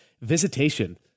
Visitation